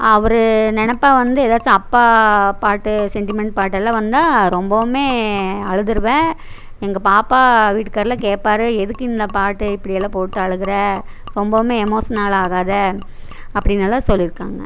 அவர் நினைப்பா வந்து ஏதாச்சும் அப்பா பாட்டு செண்டிமெண்ட் பாட்டெல்லாம் வந்தால் ரொம்பவுமே அழுதுடுவேன் எங்கள் பாப்பா வீட்டுக்காரரெலாம் கேட்பாரு எதுக்கு இந்த பாட்டு இப்படியெல்லாம் போட்டு அழுகிற ரொம்பவுமே எமோஷ்ஷானலாகாத அப்படின்னெல்லாம் சொல்லியிருக்காங்க